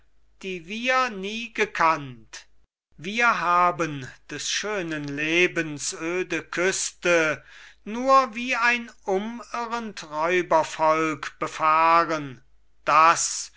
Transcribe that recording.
die wir nie gekannt wir haben des schönen lebens öde küste nur wie ein umirrend räubervolk befahren das